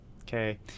Okay